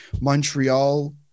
Montreal